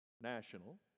National